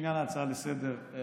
לעניין ההצעה לסדר-היום,